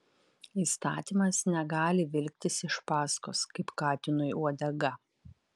įstatymas negali vilktis iš paskos kaip katinui uodega